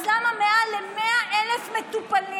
אז למה מעל ל-100,000 מטופלים